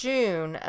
June